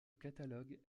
catalogue